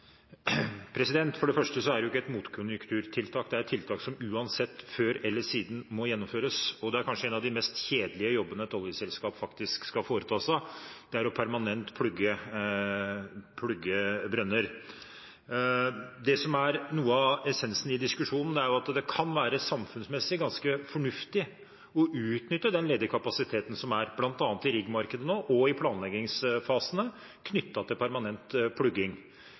For det første er det ikke et motkonjunkturtiltak, det er et tiltak som uansett før eller siden må gjennomføres – det å plugge brønner permanent er kanskje en av de mest kjedelige jobbene et oljeselskap faktisk skal foreta seg. Det som er noe av essensen i diskusjonen, er at det kan være samfunnsmessig ganske fornuftig å utnytte den ledige kapasiteten som er bl.a. i riggmarkedet nå og i planleggingsfasene knyttet til permanent plugging.